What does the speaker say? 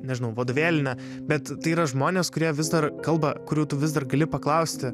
nežinau vadovėlinė bet tai yra žmonės kurie vis dar kalba kurių tu vis dar gali paklausti